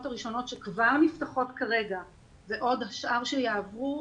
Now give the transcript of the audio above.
הראשונות שכבר נפתחות כרגע ועוד השאר שיעברו,